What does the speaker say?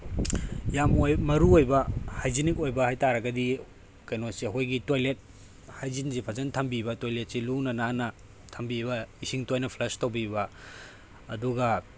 ꯌꯥꯝ ꯑꯣꯏ ꯃꯔꯨ ꯑꯣꯏꯕ ꯍꯥꯏꯖꯅꯤꯛ ꯑꯣꯏꯕ ꯍꯥꯏꯇꯔꯒꯗꯤ ꯀꯩꯅꯣꯁꯦ ꯑꯩꯈꯣꯏꯒꯤ ꯇꯣꯏꯂꯦꯠ ꯍꯥꯏꯖꯤꯟꯁꯦ ꯐꯖꯅ ꯊꯝꯕꯤꯕ ꯇꯣꯏꯂꯦꯠꯁꯦ ꯂꯨꯅ ꯅꯥꯟꯅ ꯊꯝꯕꯤꯕ ꯏꯁꯤꯡ ꯇꯣꯏꯅ ꯐ꯭ꯂꯁ ꯇꯧꯕꯤꯕ ꯑꯗꯨꯒ